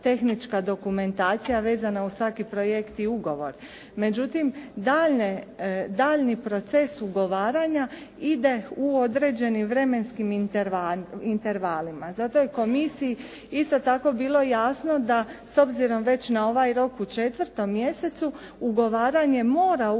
tehnička dokumentacija vezana uz svaki projekt i ugovor. Međutim, daljnji proces ugovaranja ide u određenim vremenskim intervalima. Zato je komisiji isto tako bilo jasno da s obzirom već na ovaj rok u 4. mjesecu ugovaranje mora ući